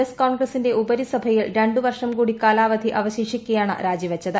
S കോൺഗ്രസിന്റെ ഉപരിസഭയിൽ രണ്ടുവർഷം കൂടി കാലാവധി അവശേഷിക്കെയാണ് രാജിവച്ചത്